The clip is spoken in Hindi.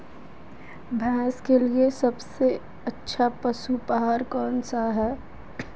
भैंस के लिए सबसे अच्छा पशु आहार कौनसा है?